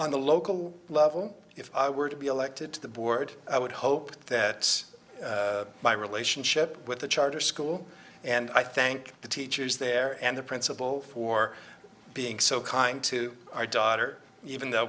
on the local level if i were to be elected to the board i would hope that my relationship with the charter school and i thank the teachers there and the principal for being so kind to our daughter even though